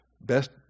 Best